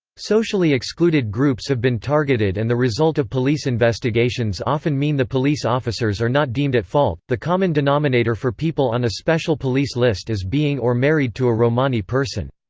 socially excluded groups have been targeted and the result of police investigations often mean the police officers are not deemed at fault the common denominator for people on a special police list is being or married to a romani person.